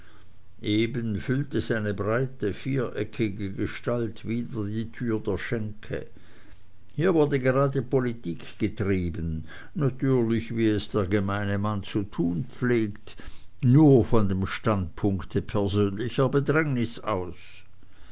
eben füllte seine breite viereckige gestalt wieder die tür der schenke hier wurde gerade politik getrieben natürlich wie es der gemeine mann zu tun pflegt nur von dem standpunkte persönlicher bedrängnis aus